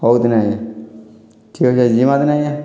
ହଉ ତିନେ ଆଜ୍ଞା ଠିକ୍ ଅଛେ ଯିମା ତିନେ ଆଜ୍ଞା